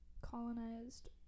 colonized